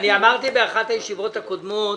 אמרתי באחת הישיבות הקודמות,